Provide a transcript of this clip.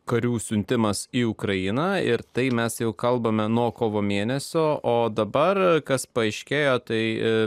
karių siuntimas į ukrainą ir tai mes jau kalbame nuo kovo mėnesio o dabar kas paaiškėjo tai